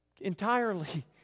Entirely